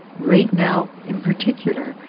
right now, in particular,